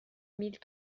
mille